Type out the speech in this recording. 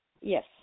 Yes